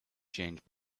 changed